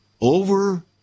over